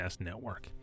network